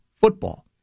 football